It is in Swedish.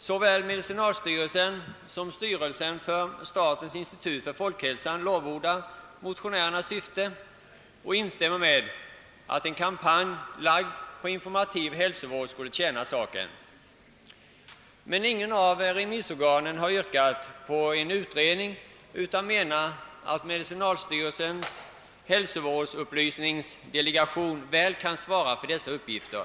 Såväl medicinalstyrelsen som styrelsen för statens institut för folkhälsan lovordar motionens syfte och instämmer i uppfattningen, att en informativ kampanj för hälsovård skulle tjäna saken. Men inget av remissorganen yrkar på en utredning, utan anser att medicinalstyrelsens — hälsovårdsupplysningsdelegation väl kan svara för dessa uppgifter.